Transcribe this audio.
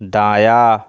دایا